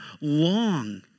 long